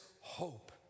hope